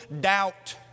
doubt